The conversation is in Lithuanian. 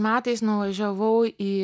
metais nuvažiavau į